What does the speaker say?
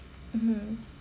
mmhmm ya